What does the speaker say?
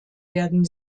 werden